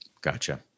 Gotcha